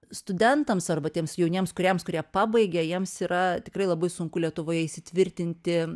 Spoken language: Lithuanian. studentams arba tiems jauniems kūrėjams kurie pabaigė jiems yra tikrai labai sunku lietuvoje įsitvirtinti